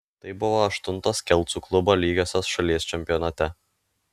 tai buvo aštuntos kelcų klubo lygiosios šalies čempionate